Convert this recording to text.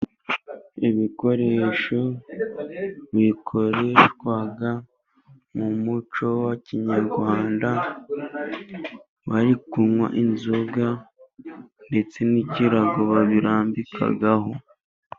Ibikoresho bikoreshwa mu muco wa kinyarwanda bari kunywa inzoga, ndetse n'ikirago babirambikiho.